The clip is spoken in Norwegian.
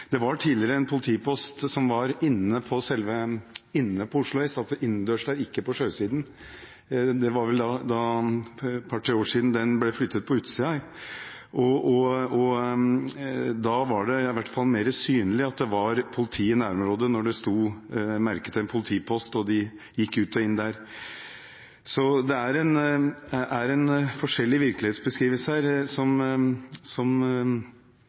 Det var tidligere en politipost innendørs på selve Oslo S, altså ikke på sjøsiden. Det var vel for et par–tre år siden at den ble flyttet på utsiden. Da var det i hvert fall mer synlig at det var politi i nærområdet – når det sto en merket politipost hvor de gikk ut og inn. Så det er en forskjellig virkelighetsbeskrivelse her som i hvert fall vi som